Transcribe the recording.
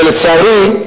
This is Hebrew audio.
לצערי,